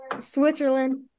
Switzerland